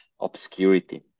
obscurity